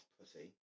pussy